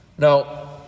Now